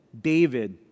David